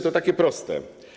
To takie proste.